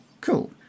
Cool